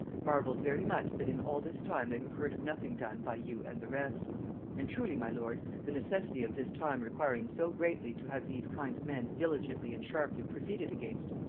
marvelled very much that in all this time they have heard of nothing done by you and the rest and truly, my lord, the necessity of this time requiring so greatly to have these kind of men diligently and sharply proceeded against,